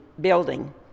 building